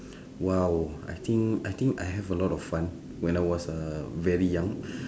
!wow! I think I think I have a lot of fun when I was uh very young